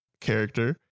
character